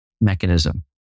mechanism